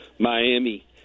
Miami